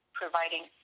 providing